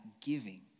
giving